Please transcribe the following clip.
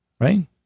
right